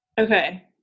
Okay